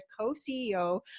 co-CEO